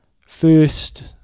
first